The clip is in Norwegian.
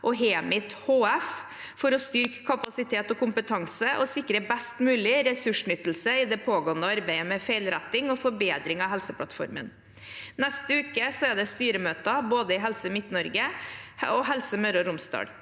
og Hemit HF for å styrke kapasitet og kompetanse og sikre best mulig ressursutnyttelse i det pågående arbeidet med feilretting og forbedring av Helseplattformen. Neste uke er det styremøter i både Helse Midt-Norge og Helse Møre og Romsdal.